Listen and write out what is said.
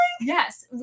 Yes